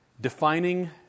defining